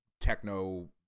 techno